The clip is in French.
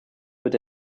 peut